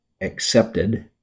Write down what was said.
accepted